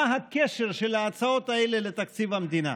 מה הקשר של ההצעות האלה לתקציב המדינה?